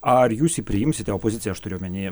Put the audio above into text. ar jūs jį priimsite opoziciją aš turiu omeny